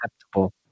acceptable